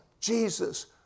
Jesus